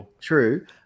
true